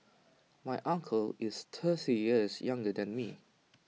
my uncle is years younger than me